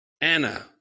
Anna